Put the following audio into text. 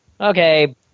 Okay